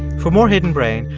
for more hidden brain,